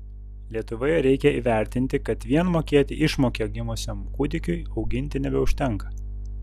lietuvoje reikia įvertinti kad vien mokėti išmoką gimusiam kūdikiui auginti nebeužtenka